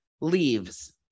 leaves